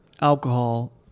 alcohol